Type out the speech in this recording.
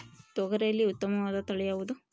ತೊಗರಿಯಲ್ಲಿ ಉತ್ತಮವಾದ ತಳಿ ಯಾವುದು?